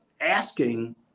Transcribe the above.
asking